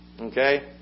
Okay